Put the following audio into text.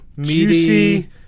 juicy